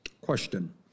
question